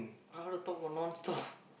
how to talk for non stop